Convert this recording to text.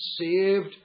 saved